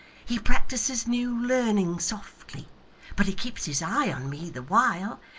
he practises new learning softly but he keeps his eye on me the while,